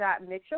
Mitchell